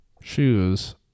Shoes